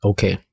Okay